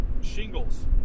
shingles